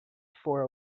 for